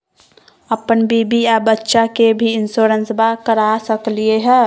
अपन बीबी आ बच्चा के भी इंसोरेंसबा करा सकली हय?